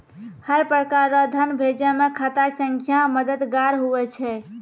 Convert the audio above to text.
हर प्रकार रो धन भेजै मे खाता संख्या मददगार हुवै छै